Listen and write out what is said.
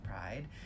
Pride